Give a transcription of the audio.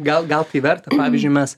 gal gal tai verta pavyzdžiui mes